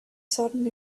sudden